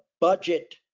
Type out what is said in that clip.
budget